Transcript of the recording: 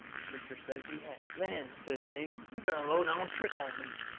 the preacher says he has. then, says hank, you done a low-down trick on me.